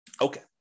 Okay